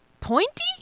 pointy